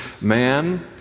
man